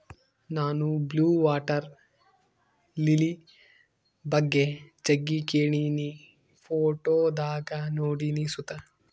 ನಾನು blue water lily ಬಗ್ಗೆ ಜಗ್ಗಿ ಕೇಳಿನಿ, ಫೋಟೋದಾಗ ನೋಡಿನಿ ಸುತ